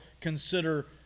consider